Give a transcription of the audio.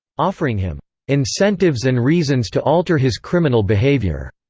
offering him incentives and reasons to alter his criminal behavior.